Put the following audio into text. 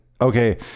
Okay